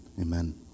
Amen